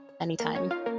Anytime